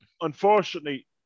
Unfortunately